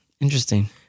Interesting